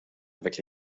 avec